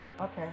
Okay